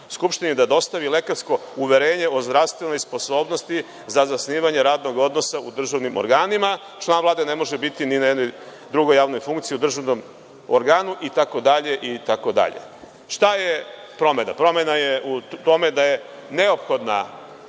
da dostavi lekarsko uverenje o zdravstvenoj sposobnosti za zasnivanje radnog odnosa u državnim organima; član Vlade ne može biti ni na jednoj drugoj javnoj funkciji u državnom organu, itd. Šta je promena? Promena je u tome da je neophodna